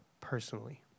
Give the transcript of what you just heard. personally